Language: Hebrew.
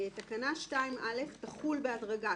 תקנה 2(א) תחול בהדרגה,